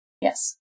Yes